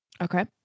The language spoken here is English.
Okay